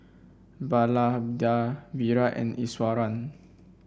Vallabhbhai Virat and Iswaran